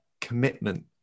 commitment